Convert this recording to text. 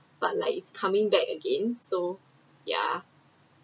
but like it’s coming back again so ya